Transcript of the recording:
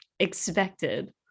expected